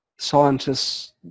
scientists